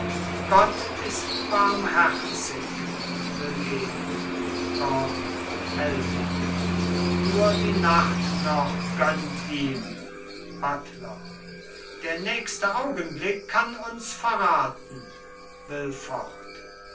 gott ist barmherzig will gehen gordon hält ihn nur die nacht noch gönnt ihm buttler der nächste augenblick kann uns verraten will fort